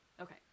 okay